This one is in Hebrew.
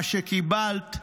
מה שקיבלת,